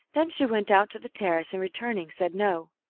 then she went out to the terrace, and, returning, said, no.